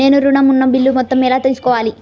నేను ఋణం ఉన్న బిల్లు మొత్తం ఎలా తెలుసుకోవాలి?